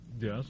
Yes